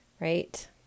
right